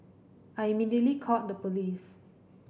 I immediately called the police